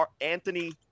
Anthony